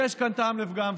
יש כאן טעם לפגם.